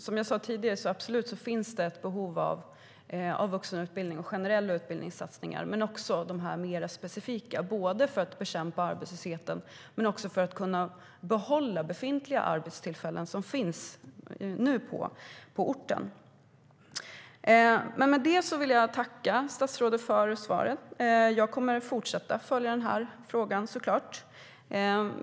Som jag sade tidigare finns det absolut ett behov av vuxenutbildning och generella utbildningssatsningar men också mer specifika satsningar, både för att bekämpa arbetslösheten och för att kunna behålla befintliga arbetstillfällen på orten. Med det vill jag tacka statsrådet för svaret. Jag kommer såklart att fortsätta att följa den här frågan.